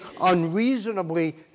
unreasonably